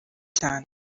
cyane